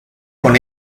con